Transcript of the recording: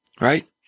right